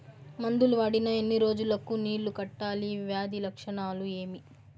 మందులు వాడిన ఎన్ని రోజులు కు నీళ్ళు కట్టాలి, వ్యాధి లక్షణాలు ఏమి?